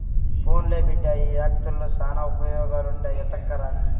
పోన్లే బిడ్డా, ఆ యాకుల్తో శానా ఉపయోగాలుండాయి ఎత్తకరా